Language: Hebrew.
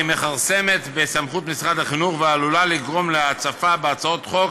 מכרסמת בסמכות משרד החינוך ועלולה לגרום להצפה בהצעות חוק